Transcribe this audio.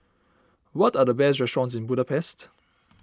what are the best restaurants in Budapest